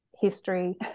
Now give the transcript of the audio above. history